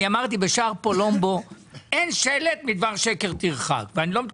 אני אמרתי: בשער פולומבו, אין שלט בדבר שקר טרחה,